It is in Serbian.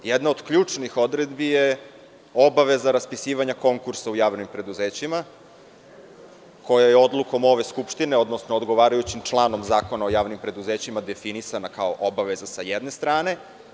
Jedna od ključnih odredbi je obaveza raspisivanja konkursa u javnim preduzećima, koja je odlukom ove Skupštine, odnosno odgovarajućim članom Zakona o javnim preduzećima, definisana kao obaveza, s jedne strane.